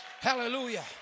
Hallelujah